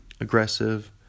aggressive